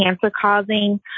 cancer-causing